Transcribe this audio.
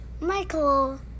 Michael